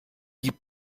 gib